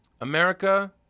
America